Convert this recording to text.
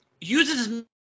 uses